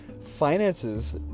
finances